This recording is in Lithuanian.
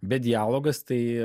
bet dialogas tai